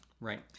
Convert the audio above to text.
Right